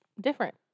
different